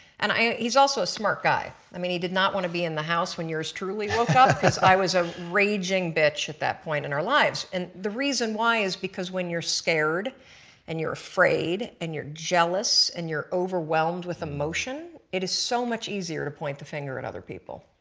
and he is also a smart guy i mean he did not want to be in the house when yours truly woke up because i was a raging bitch at that point in our lives. and the reason why is because when you are scared and you are afraid and you are jealous and you are overwhelmed with emotions, it is so much easier to point the finger at and other people.